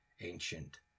ancient